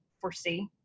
foresee